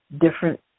different